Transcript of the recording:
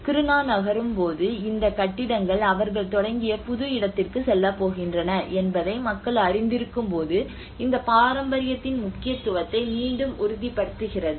கிருணா நகரும் போது இந்த கட்டிடங்கள் அவர்கள் தொடங்கிய புதிய இடத்திற்கு செல்லப் போகின்றன என்பதை மக்கள் அறிந்திருக்கும்போது இந்த பாரம்பரியத்தின் முக்கியத்துவத்தை மீண்டும் உறுதிப்படுத்துகிறது